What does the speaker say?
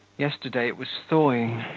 yesterday it was thawing.